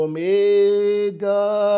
Omega